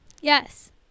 Yes